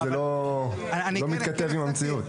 זה לא מתכתב עם המציאות.